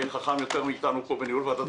אין חכם יותר ממך פה בניהול ועדת הכספים.